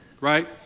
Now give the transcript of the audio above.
Right